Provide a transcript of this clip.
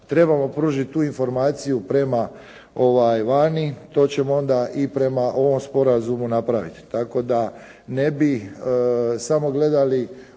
trebamo pružiti tu informaciju prema vani. To ćemo onda i prema ovom sporazumu napraviti. Tako da ne bi samo gledali